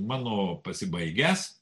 mano pasibaigęs